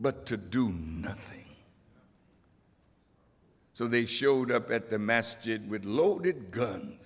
but to do nothing so they showed up at the mass jade with loaded gun